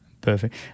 Perfect